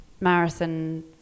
marathon